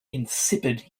insipid